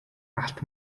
алт